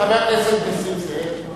חבר הכנסת נסים זאב,